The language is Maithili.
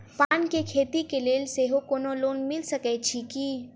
पान केँ खेती केँ लेल सेहो कोनो लोन मिल सकै छी की?